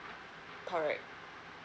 correct